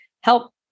help